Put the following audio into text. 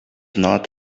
not